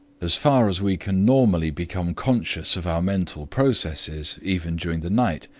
as far as we can normally become conscious of our mental processes, even during the night,